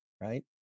right